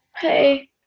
Hey